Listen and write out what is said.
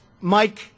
Mike